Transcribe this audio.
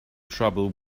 trouble